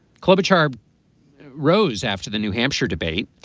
kluber charb rose after the new hampshire debate.